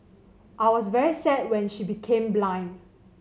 I was very sad when she became blind